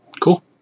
cool